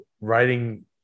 writing